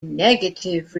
negative